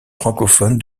francophone